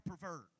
pervert